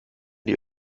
die